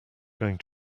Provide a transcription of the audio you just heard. going